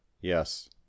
Yes